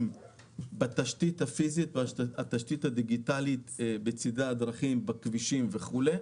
בתשתית הפיזית ובתשתית הדיגיטלית בצדי הדרכים בכבישים וכולי.